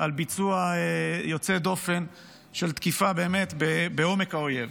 על ביצוע יוצא דופן של תקיפה באמת בעומק האויב.